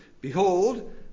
Behold